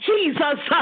Jesus